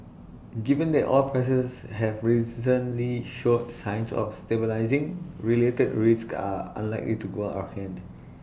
given that oil prices have recently showed signs of stabilising related risks are unlikely to go out of hand